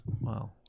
Wow